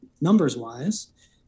numbers-wise